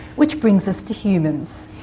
which brings us to humans